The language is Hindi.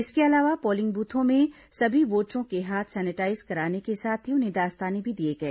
इसके अलावा पोलिंग बूथों में सभी वोटरों के हाथ सैनिटाईज कराने के साथ ही उन्हें दस्ताने भी दिए गए